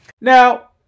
Now